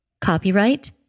Copyright